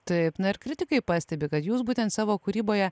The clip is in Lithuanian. taip na ir kritikai pastebi kad jūs būtent savo kūryboje